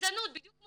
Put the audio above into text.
בדיוק כמו